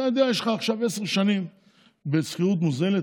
אתה יודע שיש לך עכשיו עשר שנים בשכירות מוזלת,